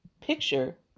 picture